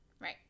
Right